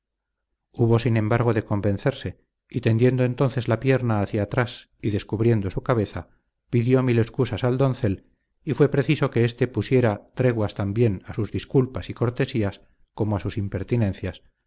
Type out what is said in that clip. hubo sin embargo de convencerse y tendiendo entonces la pierna hacia atrás y descubriendo su cabeza pidió mil excusas al doncel y fue preciso que éste pusiera treguas también a sus disculpas y cortesías como a sus impertinencias